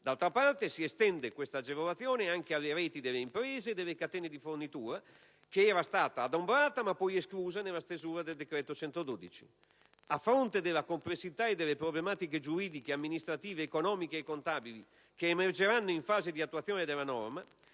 dall'altro, si estende tale agevolazione anche alle reti delle imprese e delle catene di fornitura, estensione che era stata adombrata, ma poi esclusa, nella stesura del decreto-legge n. 112. A fronte delle complessità e delle problematiche giuridiche, amministrative, economiche e contabili che emergeranno in fase di attuazione della norma,